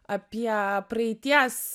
apie praeities